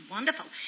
Wonderful